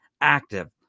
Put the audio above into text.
active